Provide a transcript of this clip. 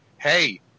Hey